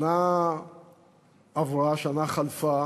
שנה עברה, שנה חלפה